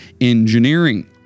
Engineering